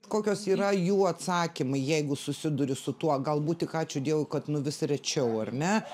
kokios yra jų atsakymai jeigu susiduri su tuo galbūt tik ačiū dievui kad nu vis rečiau ar ne